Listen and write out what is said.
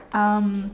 um